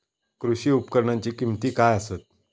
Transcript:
कृषी उपकरणाची किमती काय आसत?